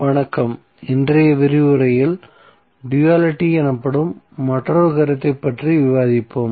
வணக்கம் இன்றைய விரிவுரையில் டுயலிட்டி எனப்படும் மற்றொரு கருத்தைப் பற்றி விவாதிப்போம்